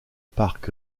parc